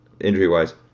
injury-wise